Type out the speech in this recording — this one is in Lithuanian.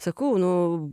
sakau nu